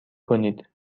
کنید